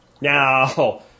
Now